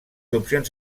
opcions